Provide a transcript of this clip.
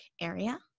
area